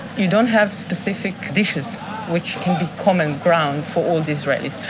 you don't have specific dishes which can be common ground for all the israelis.